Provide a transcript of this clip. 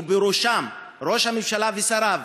ובראשם ראש הממשלה ושריו.